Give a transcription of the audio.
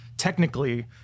technically